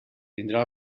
tindrà